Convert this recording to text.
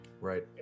Right